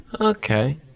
Okay